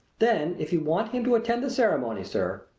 then if you want him to attend the ceremony, sir,